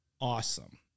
awesome